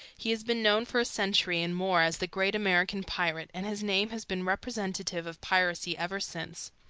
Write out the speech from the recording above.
he has been known for a century and more as the great american pirate, and his name has been representative of piracy ever since.